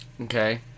Okay